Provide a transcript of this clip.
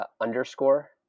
underscore